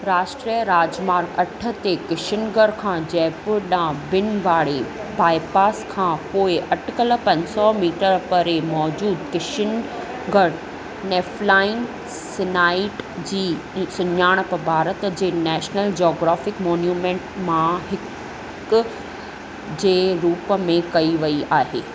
राष्ट्रीय राजमार्ग अठ ते किशनगढ़ खां जयपुर ॾांहुं ॿिनि भाड़ी बाईपास खां पोइ अटिकल पंज सौ मीटर परे मौजूदु किशनगढ़ नेफलाइन सीनाइट जी सुञाणप भारत जे नेशनल जोग्राफिक मोन्यूमेंट मां हिक जे रूप में कई वई आहे